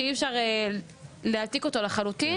ואי אפשר להעתיק אותו לחלוטין,